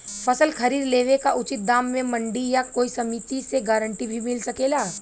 फसल खरीद लेवे क उचित दाम में मंडी या कोई समिति से गारंटी भी मिल सकेला?